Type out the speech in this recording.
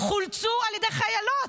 חולצו על ידי חיילות.